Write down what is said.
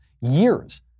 years